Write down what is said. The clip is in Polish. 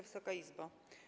Wysoka Izbo!